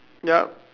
yup